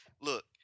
Look